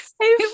Hey